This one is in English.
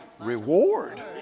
reward